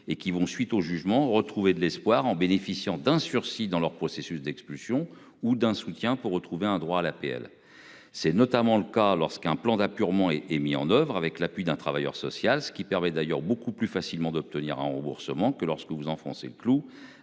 et qui vont suite au jugement retrouver de l'espoir en bénéficiant d'un sursis dans leur processus d'expulsion ou d'un soutien pour retrouver un droit à l'APL. C'est notamment le cas lorsqu'un plan d'apurement et et mis en oeuvre avec l'appui d'un travailleur social, ce qui permet d'ailleurs beaucoup plus facilement d'obtenir un remboursement que lorsque vous enfoncer le clou